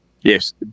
Yes